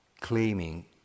claiming